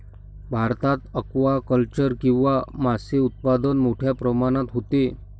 भारतात ॲक्वाकल्चर किंवा मासे उत्पादन मोठ्या प्रमाणात होते